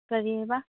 ꯀꯔꯤ ꯍꯥꯏꯕ